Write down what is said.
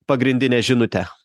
pagrindinė žinutė